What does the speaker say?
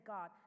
God